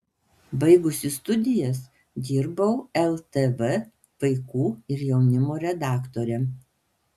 baigusi studijas dirbau ltv vaikų ir jaunimo laidų redaktore